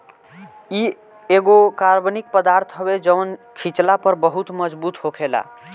इ एगो कार्बनिक पदार्थ हवे जवन खिचला पर बहुत मजबूत होखेला